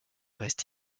reste